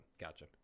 Gotcha